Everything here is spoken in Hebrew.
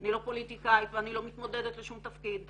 אני לא פוליטיקאית ואני לא מתמודדת לשום תפקיד,